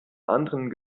anderen